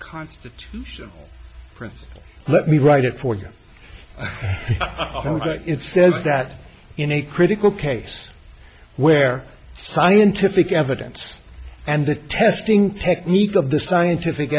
constitutional prints let me write it for you it says that in a critical case where scientific evidence and the testing technique of the scientific